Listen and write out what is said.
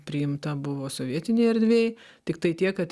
priimta buvo sovietinėj erdvėj tiktai tiek kad